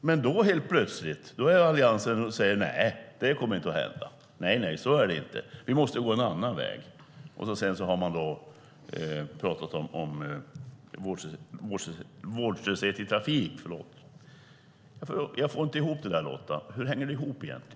Men då säger Alliansen helt plötsligt: Nej, det kommer inte att hända. Nej, så är det inte. Vi måste gå en annan väg! Sedan har man talat om vårdslöshet i trafik. Jag får inte ihop det där, Lotta. Hur hänger det ihop egentligen?